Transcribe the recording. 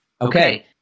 Okay